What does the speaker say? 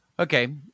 Okay